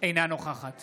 אינה נוכחת